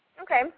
Okay